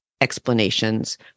explanations